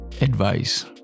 advice